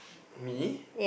me